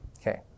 Okay